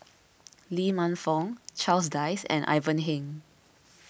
Lee Man Fong Charles Dyce and Ivan Heng